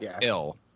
ill